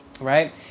right